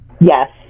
Yes